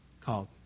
called